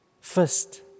first